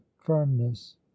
firmness